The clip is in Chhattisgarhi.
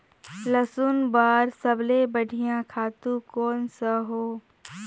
लसुन बार सबले बढ़िया खातु कोन सा हो?